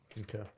Okay